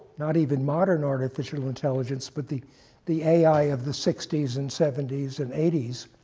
not even modern artificial intelligence, but the the ai of the sixty s, and seventy s, and eighty s,